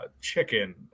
chicken